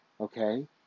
okay